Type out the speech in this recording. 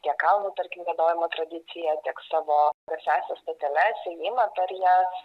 tiek kalnų tarkim vadovimo tradiciją tiek savo garsiąsias stoteles ėjimą per jas